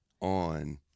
on